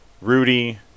Rudy